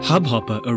Hubhopper